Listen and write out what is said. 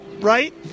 Right